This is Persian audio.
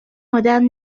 آدم